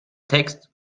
text